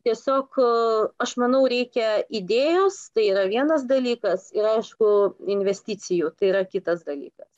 tiesiog aš manau reikia idėjos tai yra vienas dalykas ir aišku investicijų tai yra kitas dalykas